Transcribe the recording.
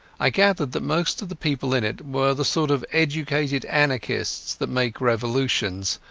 i gathered that most of the people in it were the sort of educated anarchists that make revolutions,